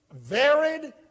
varied